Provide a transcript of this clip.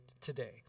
today